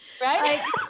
right